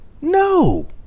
no